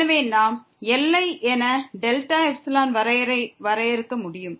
எனவே நாம் எல்லை என டெல்டா எப்சிலான் வரையறையை வரையறுக்க முடியும்